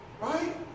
Right